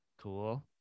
Cool